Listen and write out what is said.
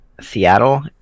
Seattle